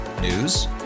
News